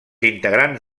integrants